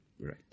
Right